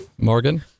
Morgan